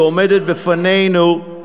ועומדת בפנינו,